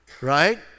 right